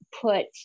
put